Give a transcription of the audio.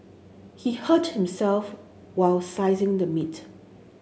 he hurt himself while slicing the meat